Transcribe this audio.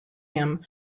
him